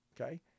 Okay